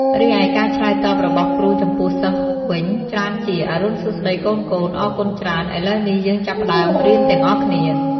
រីឯការឆ្លើយតបរបស់គ្រូចំពោះសិស្សវិញ ច្រើនជា អរុណសួស្ដីកូនៗ អរគុណច្រើន ឥឡូវនេះ យើងចាប់ផ្ដើមរៀនទាំងអស់គ្នា។